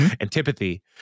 Antipathy